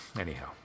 Anyhow